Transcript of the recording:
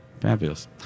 Fabulous